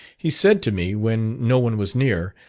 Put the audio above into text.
he said to me when no one was near,